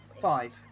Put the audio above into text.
Five